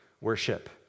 worship